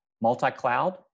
Multi-cloud